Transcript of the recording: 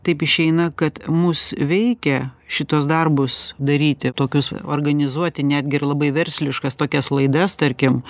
taip išeina kad mus veikia šituos darbus daryti tokius organizuoti netgi ir labai versliškas tokias laidas tarkim